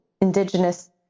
indigenous